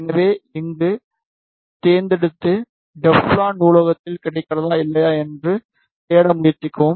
எனவே இங்கே தேர்ந்தெடுத்து டெஃப்ளான் நூலகத்தில் கிடைக்கிறதா இல்லையா என்று தேட முயற்சிக்கவும்